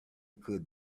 could